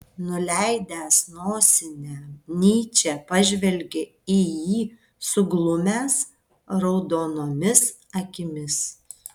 nuleidęs nosinę nyčė pažvelgė į jį suglumęs raudonomis akimis